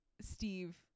Steve